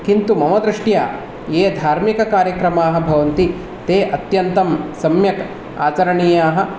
किन्तु मम दृष्ट्या ये धार्मिककार्यक्रमाः भवन्ति ते अत्यन्तं सम्यक् आचरणीयाः